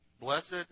blessed